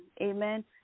amen